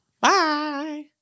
Bye